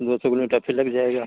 दो सौ किलोमीटर फिर लग जाएगा